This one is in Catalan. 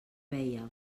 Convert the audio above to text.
veia